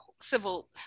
civil